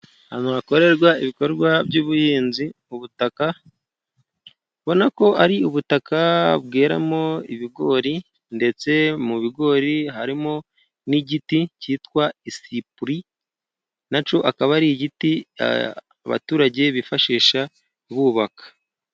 Ahantu hakorerwa ibikorwa by'ubuhinzi, ubutaka ubona ko ari ubutaka bweramo ibigori, ndetse mu bigori harimo n'igiti kitwa sipur,i nacyo akaba ari igiti abaturage bifashisha bubaka.